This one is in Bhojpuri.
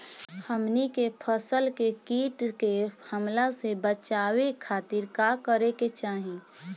हमनी के फसल के कीट के हमला से बचावे खातिर का करे के चाहीं?